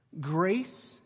Grace